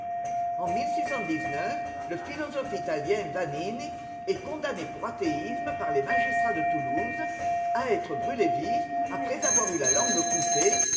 en le philosophe italien vanini est condamné pour athéisme par les magistrats de toulouse à être brûlé vif après avoir eu la langue coupée